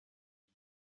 шүү